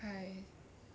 !hais!